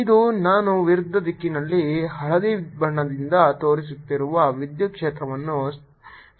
ಇದು ನಾನು ವಿರುದ್ಧ ದಿಕ್ಕಿನಲ್ಲಿ ಹಳದಿ ಬಣ್ಣದಿಂದ ತೋರಿಸುತ್ತಿರುವ ವಿದ್ಯುತ್ ಕ್ಷೇತ್ರವನ್ನು ಸೃಷ್ಟಿಸುತ್ತದೆ